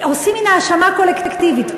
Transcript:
עושים מין האשמה קולקטיבית.